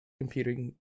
computing